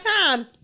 time